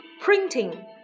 Printing